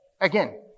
Again